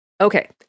Okay